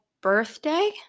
birthday